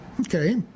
Okay